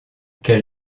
quelle